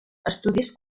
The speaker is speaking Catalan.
estudis